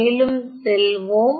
மேலும் செல்வோம்